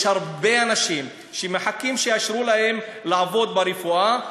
יש הרבה אנשים שמחכים שיאשרו להם לעבוד ברפואה,